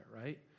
right